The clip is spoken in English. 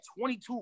22